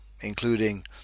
including